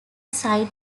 side